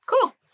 cool